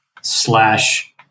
slash